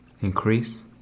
increase